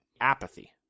apathy